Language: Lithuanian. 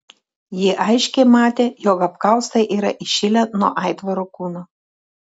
ji aiškiai matė jog apkaustai yra įšilę nuo aitvaro kūno